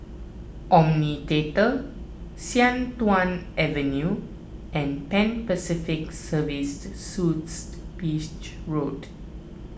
Omni theatre Sian Tuan Avenue and Pan Pacific Services Suites Beach Road